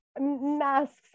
masks